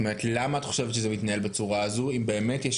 למה את חושבת שזה מתנהל בצורה הזו אם באמת יש